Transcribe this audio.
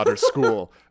school